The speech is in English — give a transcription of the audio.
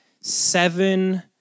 seven